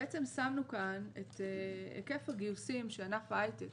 שמנו כאן את היקף הגיוסים שענף ההייטק,